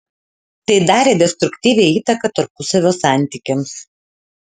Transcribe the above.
tai darė destruktyvią įtaką tarpusavio santykiams